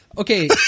Okay